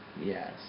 Yes